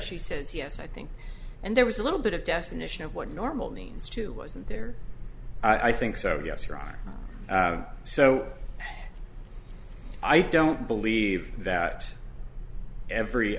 she says yes i think and there was a little bit of definition of what normal means to wasn't there i think so yes your honor so i don't believe that every